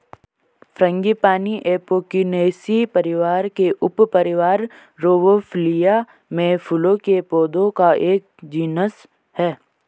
frangipani Apocynaceae परिवार के उपपरिवार रौवोल्फिया में फूलों के पौधों का एक जीनस है